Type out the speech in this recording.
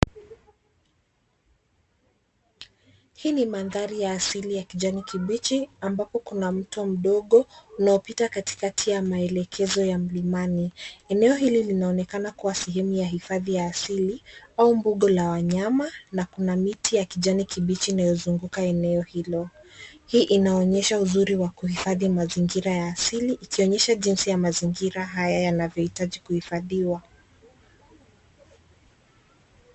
Hii ni mandhari ya asili ya kijani kibichi ambapo kuna mto mdogo unaopita katikati ya maelekezo ya mlimani. Eneo hili linaonekana kuwa sehemu ya hifadhi ya asili au mbuga la wanyama na kuna miti ya kijani kibichi inayozunguka eneo hilo. Hii inaonyesha uzuri wa kuhifadhi mazingira ya asili ikionyesha jinsi ya mazingira haya yanahitaji kuhifadhiwa.